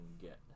get